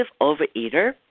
overeater